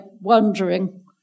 wondering